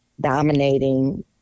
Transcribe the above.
dominating